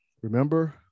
remember